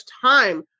time